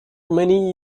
many